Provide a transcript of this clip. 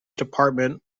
department